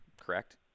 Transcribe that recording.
correct